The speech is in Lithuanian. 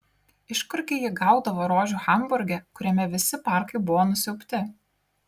iš kurgi ji gaudavo rožių hamburge kuriame visi parkai buvo nusiaubti